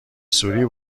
سوری